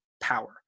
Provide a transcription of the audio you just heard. power